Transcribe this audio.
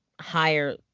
higher